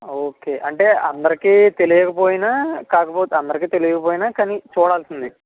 okay అంటే అందరికి తెలియకపోయిన కాకపోతే అందరికి తెలియకపోయిన కానీ చూడాల్సింది